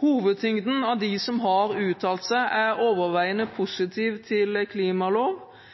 Hovedtyngden av de som har uttalt seg, er overveiende positive til klimalov,